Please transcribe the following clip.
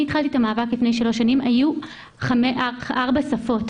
אני התחלתי את המאבק לפני שלוש שנים והיו אז ארבע שפות.